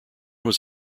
was